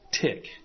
tick